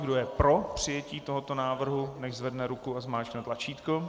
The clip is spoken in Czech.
Kdo je pro přijetí tohoto návrhu, nechť zvedne ruku a zmáčkne tlačítko.